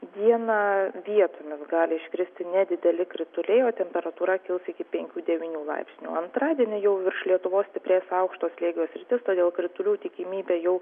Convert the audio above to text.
dieną vietomis gali iškristi nedideli krituliai o temperatūra kils iki penkių devynių laipsnių antradienį jau virš lietuvos stiprės aukšto slėgio sritis todėl kritulių tikimybė jau